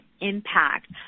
impact